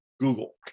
google